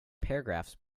paragraphs